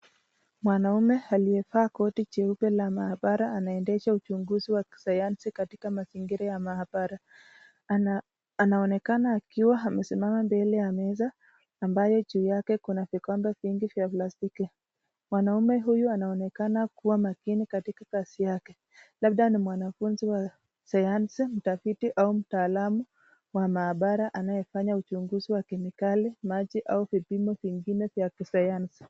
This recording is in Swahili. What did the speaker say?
Mwanaume aliyevaa koti cheupe la mahabara anaendesha uchunguzi kisayansi katika mazingira ya mahabara anaonekana akiwa amesimama mbele ya meza ambaye juu yake Kuna vikombe vingi vya plastiki, mwanaume huyu anonekana kuwa machini katika kazi yake labda ni mwanafunzi ya sayansi mtafiti au mtaalamu wa mahabara anayefanya uchunguzi ya kinikali maji au vipimo zingine za kisiyansi.